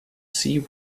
see